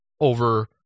over